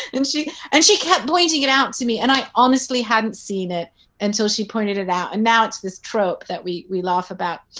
and she and she kept pointing it out to me. and i honestly hadn't seen it until she pointed it out. and now it's this troch that we we laugh about.